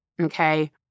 Okay